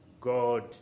God